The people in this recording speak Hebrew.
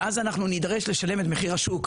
ואז אנחנו נידרש לשלם את מחיר השוק.